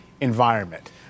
environment